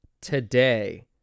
today